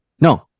no